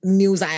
news